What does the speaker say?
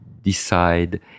Decide